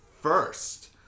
first